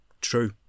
true